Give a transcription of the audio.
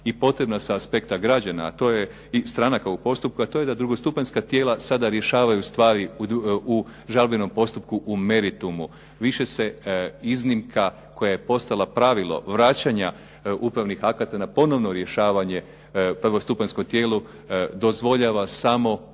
i potrebna sa aspekta građana i stranaka u postupku, a to je da drugostupanjska tijela sada rješavaju stvari u žalbenom postupku u meritumu. Više se iznimka koja je postala pravilo vraćanja upravnih akata na ponovno rješavanje prvostupanjskom tijelu dozvoljava samo